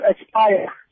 expire